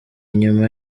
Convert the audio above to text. nyuma